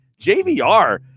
JVR